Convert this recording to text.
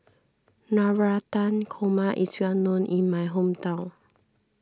Navratan Korma is well known in my hometown